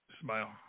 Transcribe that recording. Smile